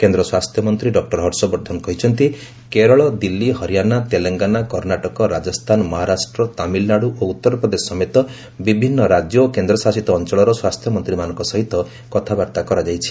କେନ୍ଦ୍ର ସ୍ୱାସ୍ଥ୍ୟମନ୍ତ୍ରୀ ଡକ୍ଟର ହର୍ଷବର୍ଦ୍ଧନ କହିଛନ୍ତି କେରଳ ଦିଲ୍ଲୀ ହରିଆଶା ତେଲଙ୍ଗାନା କର୍ଷ୍ଣାଟକ ରାଜସ୍ଥାନ ମହାରାଷ୍ଟ୍ର ତାମିଲନାଡୁ ଓ ଉତ୍ତରପ୍ରଦେଶ ସମେତ ବିଭିନ୍ନ ରାଜ୍ୟ ଓ କେନ୍ଦ୍ରଶାସିତ ଅଞ୍ଚଳର ସ୍ୱାସ୍ଥ୍ୟମନ୍ତ୍ରୀମାନଙ୍କ ସହିତ କଥାବାର୍ତ୍ତା କରିଛନ୍ତି